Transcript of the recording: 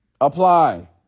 Apply